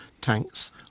tanks